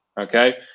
Okay